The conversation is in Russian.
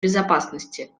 безопасности